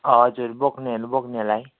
हजुर बोक्ने बोक्नेलाई